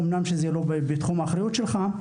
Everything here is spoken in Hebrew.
אמנם זה לא בתחום האחריות שלך,